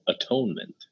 atonement